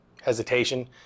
hesitation